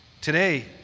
Today